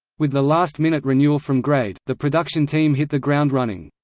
with the last-minute renewal from grade, the production team hit the ground running.